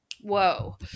whoa